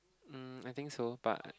um I think so but